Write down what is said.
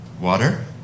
water